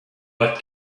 but